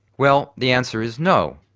well the answer is no,